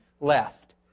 left